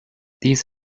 these